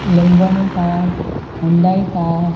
Lumbini car Hyundai car